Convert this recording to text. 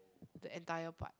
the entire part